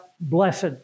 blessed